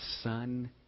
Son